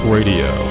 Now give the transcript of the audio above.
Radio